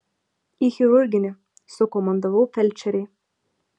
į chirurginį sukomandavau felčerei